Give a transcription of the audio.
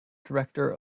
director